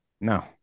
No